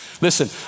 Listen